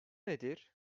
nedir